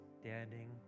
standing